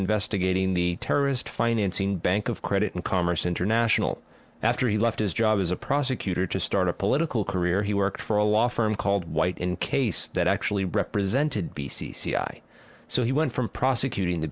investigating the terrorist financing bank of credit and commerce international after he left his job as a prosecutor to start a political career he worked for a law firm called white in case that actually represented be c c i so he went from prosecuting the